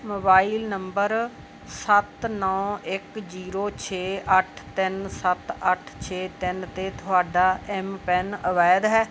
mobile number ਸੱਤ ਨੌਂ ਇੱਕ ਜ਼ੀਰੋ ਛੇ ਅੱਠ ਤਿੰਨ ਸੱਤ ਅੱਠ ਛੇ ਤਿੰਨ 'ਤੇ ਤੁਹਾਡਾ ਐਮਪਿਨ ਅਵੈਧ ਹੈ